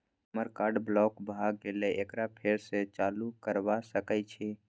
हमर card block भ गेले एकरा फेर स चालू करबा सके छि?